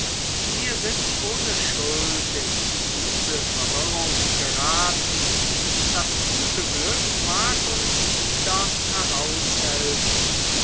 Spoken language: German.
wir sind ohne schuld in diese verwirrung geraten das gute glück mag uns wieder heraushelfen